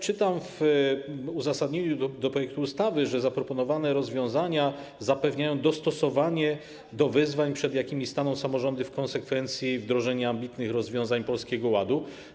Czytam w uzasadnieniu projektu ustawy, że zaproponowane rozwiązania zapewniają dostosowanie do wyzwań, przed jakimi staną samorządy w konsekwencji wdrożenia ambitnych rozwiązań Polskiego Ładu.